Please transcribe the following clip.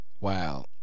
Wow